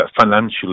financially